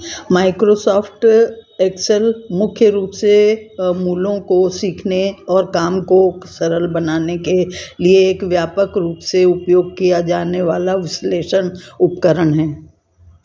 Microsoft Excel मुख्य रूप से मूलों को सीखने और काम को सरल बनाने के लिए एक व्यापक रूप से उपयोग किया जाने वाला विश्लेषण उपकरण है